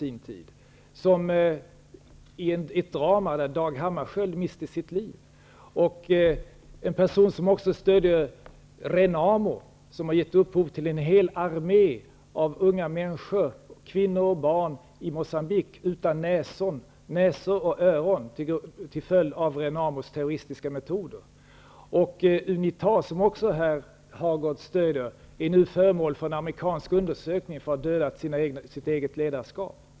Det var ett drama där Dag Hammarskjöld miste sitt liv. Här sitter en person som också stöder Renamo, som har gett upphov till en hel armé av unga människor, kvinnor och barn, i Birger Hagård också stöder, är nu föremål för en amerikansk undersökning på grund av att man har dödat sina egna ledare.